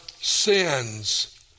sins